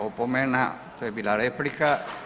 Opomena, to je bila replika.